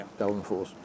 downforce